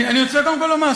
אני רוצה קודם כול לומר,